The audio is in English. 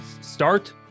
start